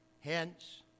Hence